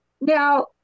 Now